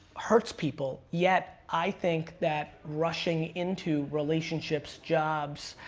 hurts people. yet, i think that rushing into relationships, jobs,